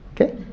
Okay